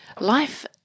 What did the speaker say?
Life